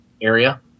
area